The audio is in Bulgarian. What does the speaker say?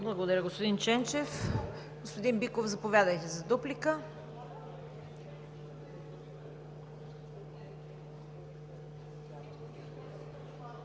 Благодаря, господин Ченчев. Господин Биков, заповядайте за дуплика.